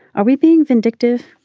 are we being vindictive.